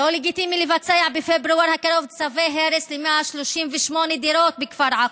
לא לגיטימי לבצע בפברואר הקרוב צווי הרס ל-138 דירות בכפר עקב,